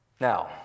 Now